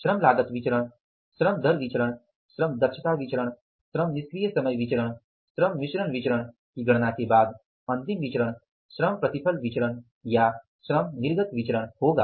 श्रम लागत विचरण श्रम दर विचरण श्रम दक्षता विचरण श्रम निष्क्रिय समय विचरण श्रम मिश्रण विचरण की गणना के बाद अंतिम विचरण श्रम प्रतिफल विचरण या श्रम निर्गत विचरण होगा